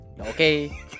Okay